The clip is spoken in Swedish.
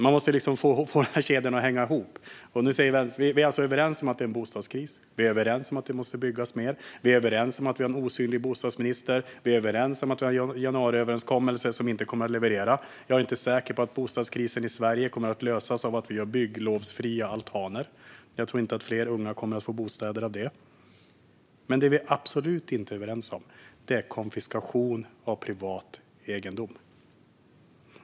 Man måste liksom få kedjan att hänga ihop. Vi är överens om att det är bostadskris. Vi är överens om att det måste byggas mer. Vi är överens om att vi har en osynlig bostadsminister. Vi är överens om att vi har en januariöverenskommelse som inte kommer att leverera. Jag är inte säker på att bostadskrisen i Sverige kommer att lösas av att vi har byggnadslovsfria altaner eller att fler unga kommer att få bostäder av det, men det vi absolut inte är överens om är konfiskation av privat egendom.